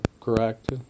correct